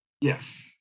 Yes